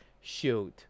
Shoot